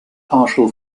partial